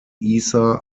isa